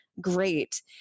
great